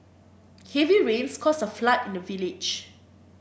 heavy rains caused a flood in the village